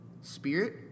spirit